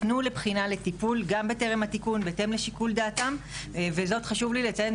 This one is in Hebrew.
הפנו לבחינה לטיפול גם בטרם התיקון בהתאם לשיקול דעתם; חשוב לי לציין,